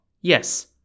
yes